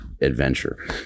adventure